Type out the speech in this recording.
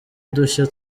udushya